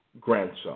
grandson